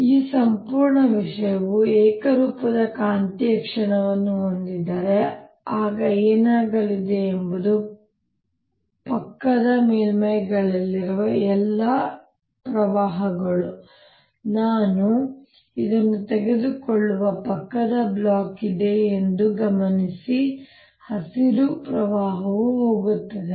ಈ ಸಂಪೂರ್ಣ ವಿಷಯವು ಏಕರೂಪದ ಕಾಂತೀಯ ಕ್ಷಣವನ್ನು ಹೊಂದಿದ್ದರೆ ಆಗ ಏನಾಗಲಿದೆ ಎಂಬುದು ಪಕ್ಕದ ಮೇಲ್ಮೈಗಳಲ್ಲಿರುವ ಈ ಎಲ್ಲಾ ಪ್ರವಾಹಗಳು ನಾನು ಇದನ್ನು ತೆಗೆದುಕೊಳ್ಳುವ ಪಕ್ಕದ ಬ್ಲಾಕ್ ಇದೆಯೇ ಎಂದು ಗಮನಿಸಿ ಹಸಿರು ಪ್ರವಾಹವು ಹೋಗುತ್ತದೆ